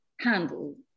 handle